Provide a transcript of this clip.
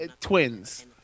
twins